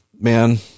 man